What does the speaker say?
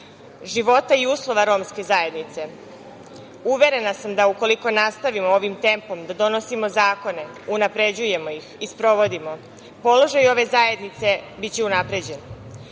života i uslova romske zajednice. Uverena sam da ukoliko nastavimo ovim tempom da donosimo zakone, unapređujemo ih i sprovodimo, položaj ove zajednice biće unapređen. Optimizam